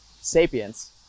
Sapiens